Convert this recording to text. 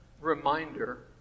reminder